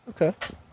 Okay